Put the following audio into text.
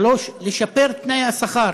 3. לשפר את תנאי השכר.